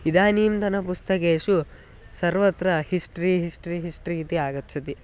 इदानीन्तन पुस्तकेषु सर्वत्र हिस्ट्री हिस्ट्री हिस्ट्री इति आगच्छति